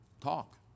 talk